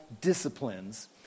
disciplines